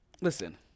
listen